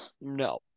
No